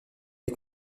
des